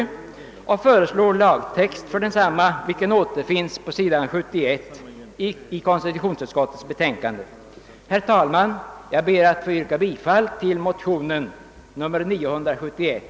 I denna motion föreslås en lagtext för denna regel, vilken intagits på s. 71 i förevarande betänkande från konstitutionsutskottet. Herr talman! Jag yrkar bifall till motionen II: 971.